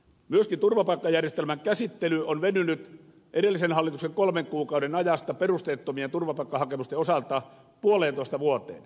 myöskin turvapaikkajärjestelmän käsittely on venynyt edellisen hallituksen kolmen kuukauden ajasta perusteettomien turvapaikkahakemusten osalta puoleentoista vuoteen